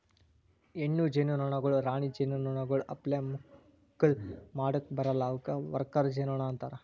ಹೆಣ್ಣು ಜೇನುನೊಣಗೊಳ್ ರಾಣಿ ಜೇನುನೊಣಗೊಳ್ ಅಪ್ಲೆ ಮಕ್ಕುಲ್ ಮಾಡುಕ್ ಬರಲ್ಲಾ ಅವುಕ್ ವರ್ಕರ್ ಜೇನುನೊಣ ಅಂತಾರ